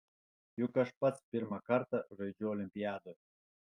juk aš pats pirmą kartą žaidžiu olimpiadoje